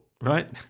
right